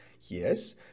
yes